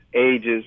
ages